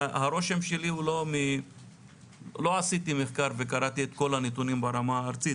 לא עשיתי מחקר וקראתי את כל הנתונים ברמה הארצית,